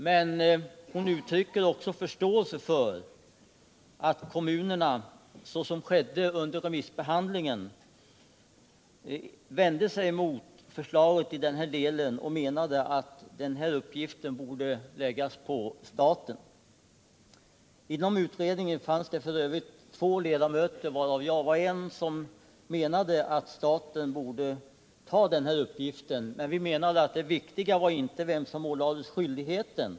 Men hon uttrycker också förståelse för att kommunerna, så som skedde under remissbehandlingen, vände sig mot förslaget i den här delen och menade att denna uppgift borde läggas på staten. Inom utredningen menade f.ö. två ledamöter — av vilka jag var en — att staten borde ha denna uppgift. Men vi ansåg att det viktiga inte var vem som ålades skyldigheten.